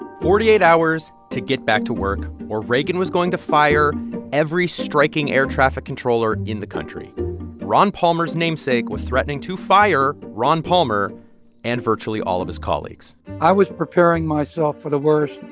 forty-eight hours to get back to work or reagan was going to fire every striking air traffic controller in the country ron palmer's namesake was threatening to fire ron palmer and virtually all of his colleagues i was preparing myself for the worst.